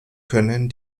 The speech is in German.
können